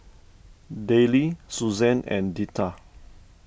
Dayle Susanne and Deetta